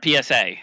PSA